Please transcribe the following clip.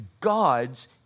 God's